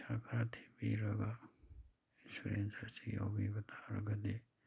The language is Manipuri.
ꯄꯩꯁꯥ ꯈꯔ ꯊꯤꯕꯤꯔꯒ ꯏꯟꯁꯨꯔꯦꯟꯁ ꯑꯁꯤ ꯌꯥꯎꯕꯤꯕ ꯇꯥꯔꯒꯗꯤ